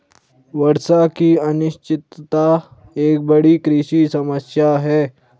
वर्षा की अनिश्चितता एक बड़ी कृषि समस्या है